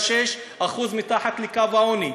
52.6% מהערבים היו מתחת לקו העוני.